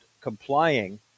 complying